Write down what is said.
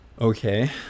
okay